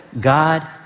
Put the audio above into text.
God